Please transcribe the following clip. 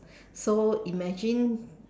so imagine